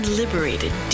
liberated